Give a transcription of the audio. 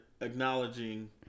Acknowledging